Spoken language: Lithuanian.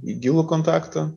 į gilų kontaktą